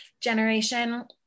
generation